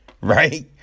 right